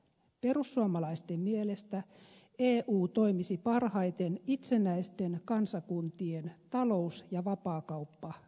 perussuomalaisten mielestä eu toimisi parhaiten itsenäisten kansakuntien talous ja vapaakauppaliittona